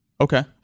Okay